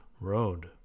Road